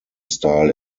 style